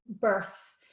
birth